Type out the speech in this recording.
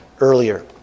earlier